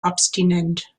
abstinent